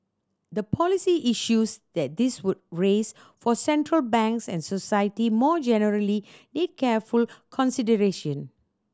the policy issues that this would raise for Central Banks and society more generally need careful consideration